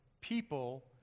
people